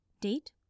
Date